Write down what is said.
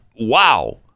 Wow